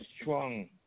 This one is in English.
strong